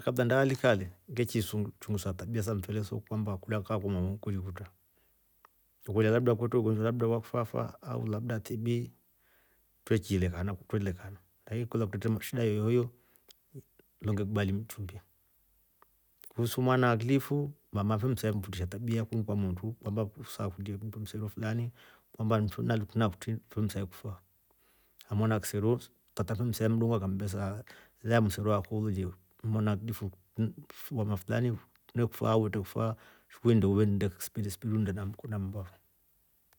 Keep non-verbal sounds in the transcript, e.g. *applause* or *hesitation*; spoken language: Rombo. Kabla ntaalika le ngeshii chungusa tabia sa mfele so kwamba kulya kaa kwamao kuli kutra. ukakolya labda kwetre ugonjwa labda wakifafa au labda tb twechilekana. twelekana lakini ukakolya kwetre shida yooyo ndo ngekubali imchumbia. kuhusu mwana aklifu mama fe msa *hesitation* mfundisha tabia kunukwa motru kwamba usaakulie mndu msero fulani kwamba nkutri na kutri ndo msa ekufaa, na mwana wa kisero tata nife mdua kambesa elae msero akwa ulolye mwana aklifu wamafulani nekufaa au tekufaa shi uinde spidi spidi unnde na mmba.